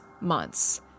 months